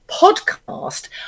podcast